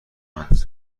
اند